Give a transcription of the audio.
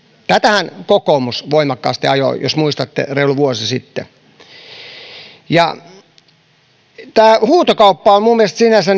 tätähän kokoomus voimakkaasti ajoi jos muistatte reilu vuosi sitten huutokauppa on minun mielestäni sinänsä